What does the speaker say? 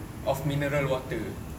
of mineral water